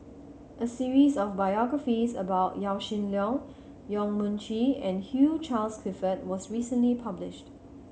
a series of biographies about Yaw Shin Leong Yong Mun Chee and Hugh Charles Clifford was recently published